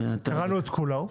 קראנו את כל הצו.